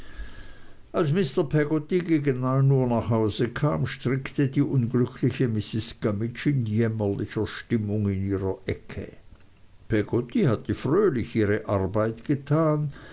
als mr peggotty gegen neun uhr nach hause kam strickte die unglückliche mrs gummidge in jämmerlicher stimmung in ihrer ecke peggotty hatte fröhlich ihre arbeit getan